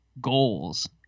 goals